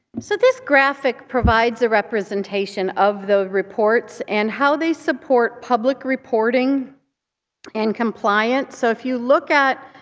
so this graphic provides a representation of the reports and how they support public reporting and compliance. so if you look at